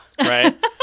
Right